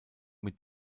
mit